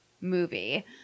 movie